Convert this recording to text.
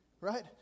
Right